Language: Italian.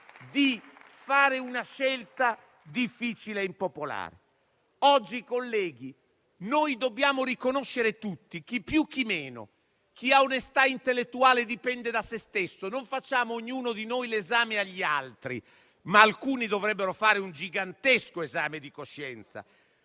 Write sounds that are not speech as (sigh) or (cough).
di fare una scelta difficile e impopolare. (applause) Oggi, colleghi, dobbiamo riconoscere tutti una cosa, chi più, chi meno; chi ha onestà intellettuale dipende da se stesso, non facciamo ognuno di noi l'esame agli altri, ma alcuni dovrebbero fare un gigantesco esame di coscienza